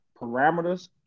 parameters